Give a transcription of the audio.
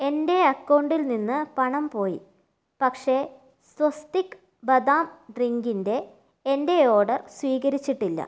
എന്റെ അക്കൗണ്ടിൽ നിന്ന് പണം പോയി പക്ഷേ സ്വസ്തിക്സ് ബദാം ഡ്രിങ്കിന്റെ എന്റെ ഓഡർ സ്ഥിരീകരിച്ചിട്ടില്ല